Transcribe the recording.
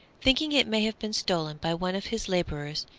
thinking it may have been stolen by one of his labourers,